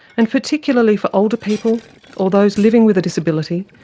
and particularly for older people or those living with a disability,